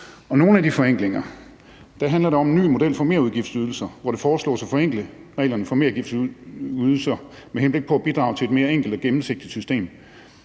nogle af de forenklinger handler om en ny model for merudgiftsydelser, hvor det foreslås at forenkle reglerne for merudgiftsydelse med henblik på at bidrage til et mere enkelt og gennemsigtigt system.